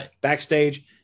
backstage